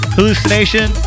Hallucination